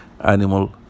animal